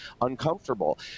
uncomfortable